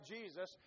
Jesus